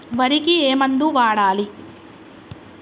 వరికి ఏ మందు వాడాలి?